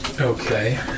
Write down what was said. Okay